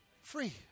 Free